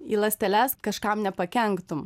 į ląsteles kažkam nepakenktum